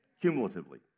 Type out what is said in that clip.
cumulatively